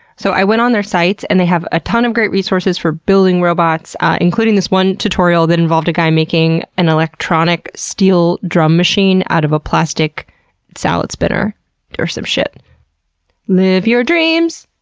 so i went on their sites and they have a ton of great resources for building robots including this one tutorial that involved a guy making an electronic steel drum machine out of a plastic salad spinner or some shit. alie live your dreams!